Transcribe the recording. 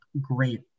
great